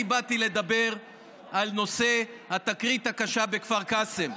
אני באתי לדבר על נושא התקרית הקשה בכפר קאסם.